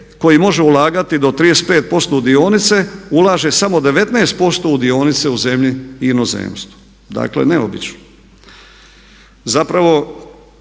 koji može ulagati do 35% u dionice ulaže samo 19% u dionice u zemlji i inozemstvu? Dakle neobično.